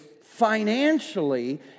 financially